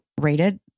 rated